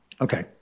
Okay